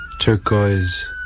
Turquoise